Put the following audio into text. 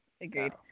Agreed